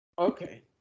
Okay